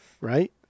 right